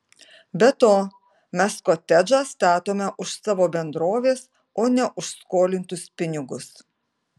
be to mes kotedžą statome už savo bendrovės o ne už skolintus pinigus